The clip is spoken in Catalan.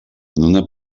una